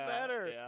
better